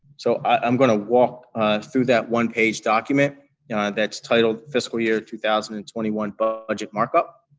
so, i'm going to walk through that one-page document that is titled fiscal year two thousand and twenty one but budget mark-up.